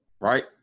right